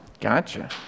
Gotcha